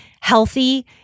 healthy